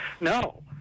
No